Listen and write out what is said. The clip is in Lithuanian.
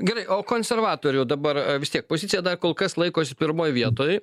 gerai o konservatorių dabar vis tiek pozicija dar kol kas laikosi pirmoj vietoj